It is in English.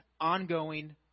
ongoing